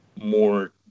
more